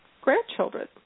grandchildren